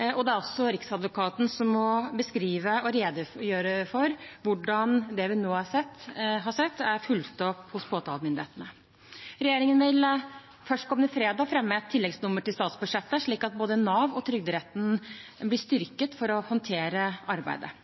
Det er også Riksadvokaten som må beskrive og redegjøre for hvordan det vi nå har sett, er fulgt opp hos påtalemyndighetene. Regjeringen vil førstkommende fredag fremme et tilleggsnummer til statsbudsjettet, slik at både Nav og trygderetten blir styrket for å håndtere arbeidet.